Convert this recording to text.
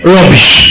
Rubbish